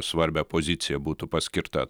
svarbią poziciją būtų paskirta